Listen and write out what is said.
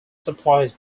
supplies